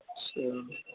اچھا